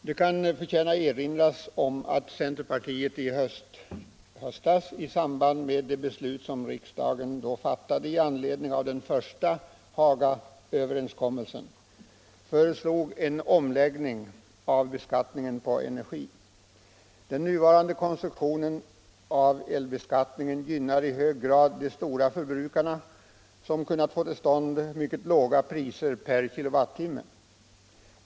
Det kan förtjäna erinras om att centerpartiet i höstas i samband med de beslut som riksdagen fattade i anledning av den första Hagaöverenskommelsen föreslog en omläggning av beskattningen på energi. Den nuvarande konstruktionen av elbeskattningen gynnar i hög grad de stora förbrukarna som kunnat få till stånd mycket låga priser per KWh.